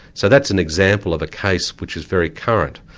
so that's an example of a case which is very current,